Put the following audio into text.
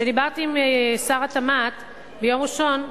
כשדיברתי עם שר התמ"ת ביום ראשון,